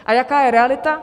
A jaká je realita?